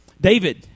David